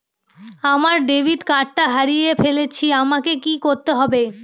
আমার ডেবিট কার্ডটা হারিয়ে ফেলেছি আমাকে কি করতে হবে?